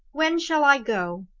when shall i go?